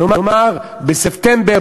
נאמר בספטמבר,